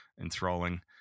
enthralling